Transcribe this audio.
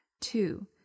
Two